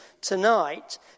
tonight